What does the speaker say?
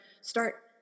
start